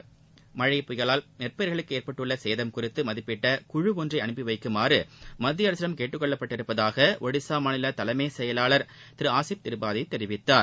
புயல் மழையால் நெற்பயிர்களுக்கு ஏற்பட்டுள்ள சேதம் குறித்து மதிப்பிட குழு ஒன்றை அனுப்புமாறு மத்திய ் அரசிடம் கேட்டுக்கொள்ளப் பட்டிருப்பதாக ஒடிஷா மாநில தலைமை செயலாளர் திரு ஆசித் திரிபாதி கூறினார்